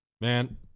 man